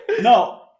No